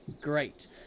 great